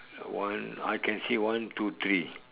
one I can see one two three